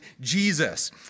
Jesus